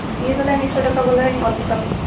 ᱴᱷᱤᱠᱜᱮᱭᱟ ᱛᱟᱦᱚᱞᱮ ᱢᱤᱫᱥᱚ ᱴᱟᱠᱟ ᱵᱚᱞᱮᱧ ᱚᱞᱠᱟᱛᱟᱢᱟ